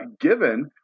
given